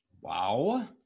Wow